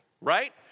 right